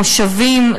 מושבים,